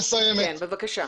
כן בבקשה.